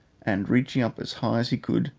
and, reaching up as high as he could,